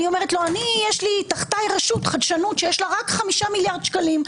אני אומרת לו: יש תחתיי רשות חדשנות שיש לה רק 5 מיליארד שקלים,